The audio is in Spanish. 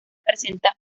presenta